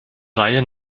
reihe